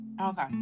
okay